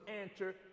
answer